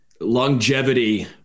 Longevity